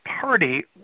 party